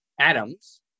atoms